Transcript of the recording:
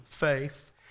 faith